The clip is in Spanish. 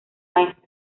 maestro